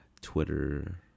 Twitter